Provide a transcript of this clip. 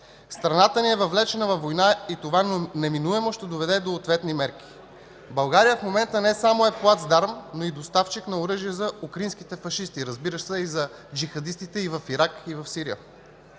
Страната ни е въвлечена във война и това неминуемо ще доведе до отвени мерки. (Шум и реплики от ГЕРБ.) България в момента не само е плацдарм, но и доставчик на оръжие за украинските фашисти, разбира се, и за джихадистите в Ирак, и в Сирия.